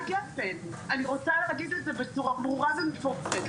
אני רוצה להגיד את זה בצורה ברורה ומפורטת,